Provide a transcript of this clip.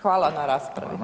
Hvala na raspravi.